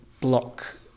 block